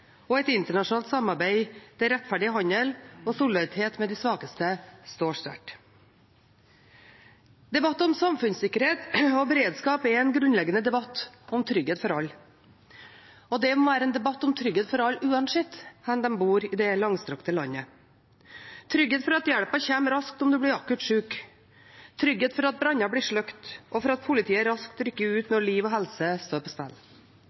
og et internasjonalt samarbeid der rettferdig handel og solidaritet med de svakeste står sterkt. Debatt om samfunnssikkerhet og beredskap er en grunnleggende debatt om trygghet for alle, og det må være en debatt om trygghet for alle uansett hvor de bor i dette langstrakte landet – trygghet for at hjelpen kommer raskt om du blir akutt syk, trygghet for at branner blir slukket, og for at politiet raskt rykker ut når liv og helse står på spill.